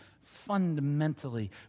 fundamentally